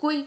કોઈ